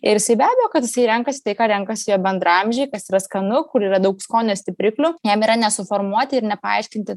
ir jisai be abejo kad jisai renkasi tai ką renkasi jo bendraamžiai kas yra skanu kur yra daug skonio stipriklių jam yra nesuformuoti ir nepaaiškinti